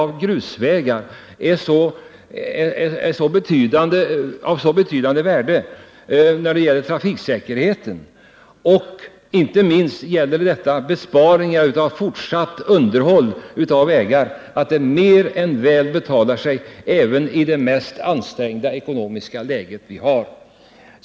Vi anser emellertid att hårdgöring av grusvägar har ett så stort värde för trafiksäkerheten och när det gäller att spara in på det framtida underhållet av vägarna att ett anslag för detta ändamål — även i nuvarande ansträngda ekonomiska läge — mer än väl betalar sig.